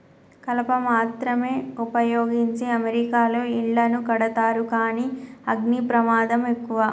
కలప మాత్రమే వుపయోగించి అమెరికాలో ఇళ్లను కడతారు కానీ అగ్ని ప్రమాదం ఎక్కువ